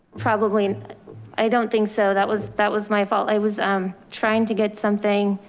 probably i don't think so. that was that was my fault. i was um trying to get something.